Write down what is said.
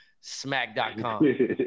smack.com